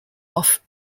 off